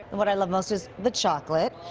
what i love most is the chocolate.